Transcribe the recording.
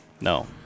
No